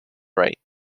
ray